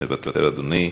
מוותר, אדוני,